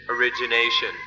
origination